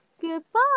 Goodbye